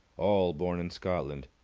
all born in scotland.